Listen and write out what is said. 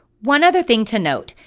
one other thing to note,